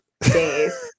days